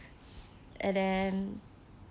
and then